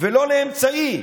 ולא לאמצעי.